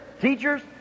teachers